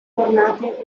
tornate